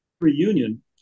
reunion